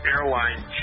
Airline